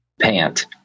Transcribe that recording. pant